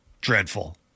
dreadful